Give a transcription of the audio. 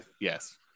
yes